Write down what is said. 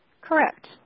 Correct